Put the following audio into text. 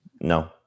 No